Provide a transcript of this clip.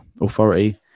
authority